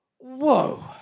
Whoa